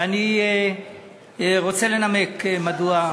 ואני רוצה לנמק מדוע.